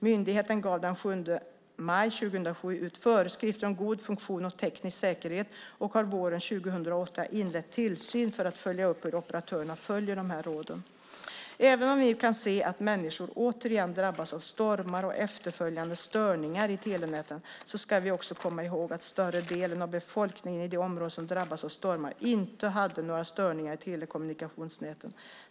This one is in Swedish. Myndigheten gav den 7 maj 2007 ut föreskrifter om god funktion och teknisk säkerhet och har våren 2008 inlett tillsyn för att följa upp hur operatörerna följer de här råden. Även om vi nu kan se att människor återigen drabbas av stormar och efterföljande störningar i telenäten ska vi också komma ihåg att större delen av befolkningen i de områden som drabbades av stormar inte hade några störningar i telekommunikationsnäten.